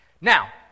Now